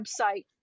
website